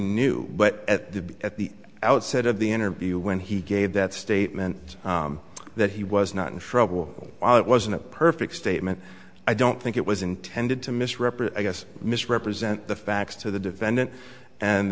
knew but at the at the outset of the interview when he gave that statement that he was not in trouble well it wasn't a perfect statement i don't think it was intended to misrepresent i guess misrepresent the facts to the defendant and